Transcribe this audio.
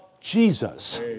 Jesus